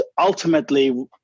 ultimately